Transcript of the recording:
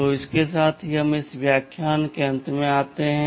तो इसके साथ हम इस व्याख्यान के अंत में आते हैं